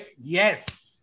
Yes